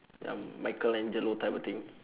um michelangelo type of thing